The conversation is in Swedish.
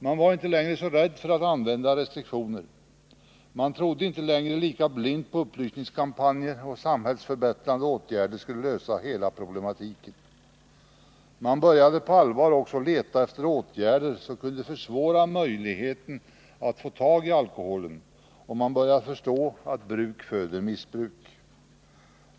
Man var inte längre så rädd för att använda restriktioner, man trodde inte längre lika blint på att upplysningskampanjer och samhällsförbättrande åtgärder skulle lösa hela problematiken. Man började på allvar också leta efter åtgärder som kunde försvåra möjligheten att få tag i alkoholen, och man började förstå att bruk föder missbruk.